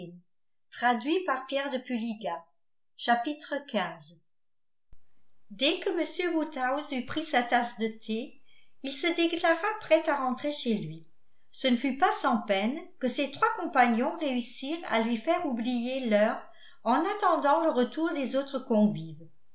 dès que m woodhouse eut pris sa tasse de thé il se déclara prêt à rentrer chez lui ce ne fut pas sans peine que ses trois compagnons réussirent à lui faire oublier l'heure en attendant le retour des autres convives